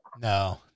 No